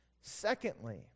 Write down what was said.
Secondly